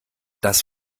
dass